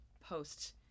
post